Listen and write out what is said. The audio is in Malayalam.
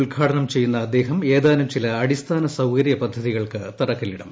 ഉദ്ഘാടനം ചെയ്യുന്ന അദ്ദേഹം ഏതാനും ചില അടിസ്ഥാന സൌകര്യ പദ്ധതികൾക്ക് തറക്കല്ലിടും